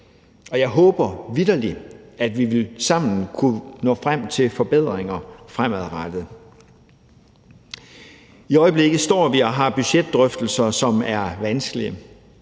og jeg håber vitterlig, at vi sammen vil kunne nå frem til forbedringer fremadrettet. I øjeblikket står vi og har budgetdrøftelser, som er vanskelige.